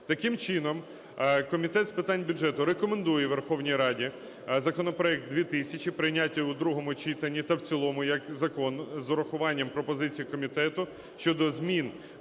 Таким чином, Комітет з питань бюджету рекомендує Верховній Раді законопроект 2000 прийняти його в другому читанні та в цілому як закон з урахуванням пропозицій комітету щодо змін